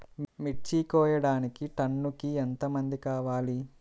మిర్చి కోయడానికి టన్నుకి ఎంత మంది కావాలి?